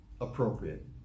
appropriate